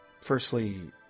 Firstly